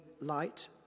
light